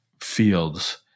fields